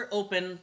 open